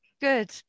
good